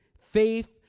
faith